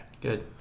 Good